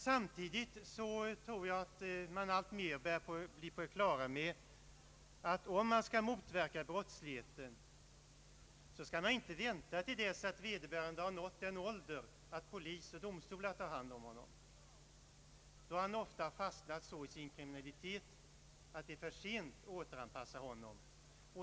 Samtidigt tror jag att man alltmer börjar bli på det klara med att om man skall motverka brottsligheten skall man inte vänta till dess vederbörande har nått den ålder då polis och domstolar tar hand om honom. Då har han ofta hunnit fastna så i sin kriminalitet att det är för sent att återanpassa honom.